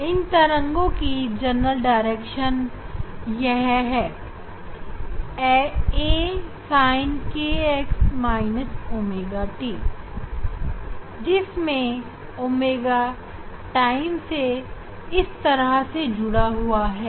इन तरंगों का समीकरण a sin kx wt है जिसमें ओमेगा टाइम से T 2𝛑⍵ इस तरह जुड़ा हुआ है